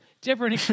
Different